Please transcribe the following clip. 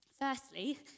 Firstly